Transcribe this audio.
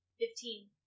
Fifteen